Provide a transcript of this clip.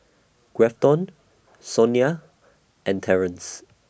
Grafton Sonya and Terance